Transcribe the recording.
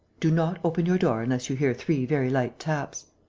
do not open your door unless you hear three very light taps.